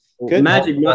Magic